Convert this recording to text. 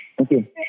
Okay